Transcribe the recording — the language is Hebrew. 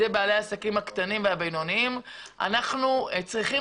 אלה בעלי העסקים הקטנים והבינוניים ואנחנו צריכים